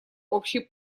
общей